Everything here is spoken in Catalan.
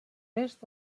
est